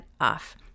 off